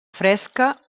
fresca